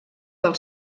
del